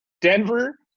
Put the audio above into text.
Denver